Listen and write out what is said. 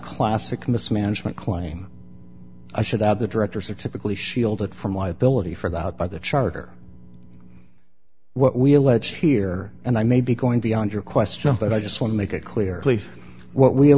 classic mismanagement claim i should add the directors are typically shielded from liability for the out by the charter what we allege here and i may be going beyond your question but i just want to make it clear what we